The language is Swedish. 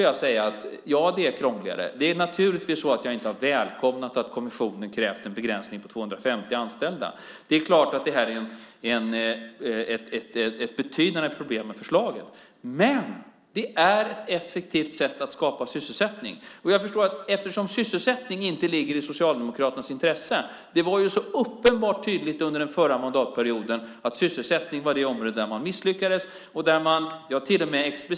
Ja, det är krångligare. Det är naturligtvis så att jag inte har välkomnat att kommissionen krävt en begränsning på 250 anställda. Det är klart att det är ett betydande problem med förslaget. Men det är ett effektivt sätt att skapa sysselsättning. Sysselsättning ligger inte i Socialdemokraternas intresse. Det var så uppenbart tydligt under den förra mandatperioden att sysselsättningen var det område där man misslyckades.